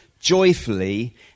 joyfully